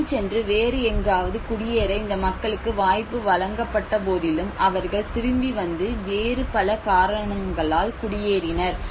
திரும்பிச் சென்று வேறு எங்காவது குடியேற இந்த மக்களுக்கு வாய்ப்பு வழங்கப்பட்ட போதிலும் அவர்கள் திரும்பி வந்து வேறு பல காரணங்களால் குடியேறினர்